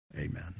Amen